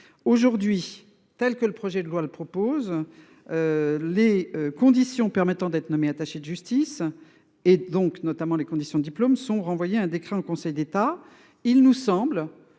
Aujourd'hui, tels que le projet de loi le propose. Les conditions permettant d'être nommé attaché de justice. Et donc notamment les conditions diplômes sont renvoyées un décret en Conseil d'État. Il nous semble